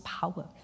power